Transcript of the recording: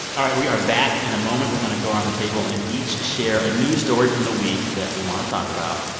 all right. we are back. in a moment, we're going to go around the table and each share a new story from the week that we want to talk about.